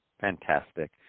Fantastic